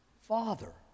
Father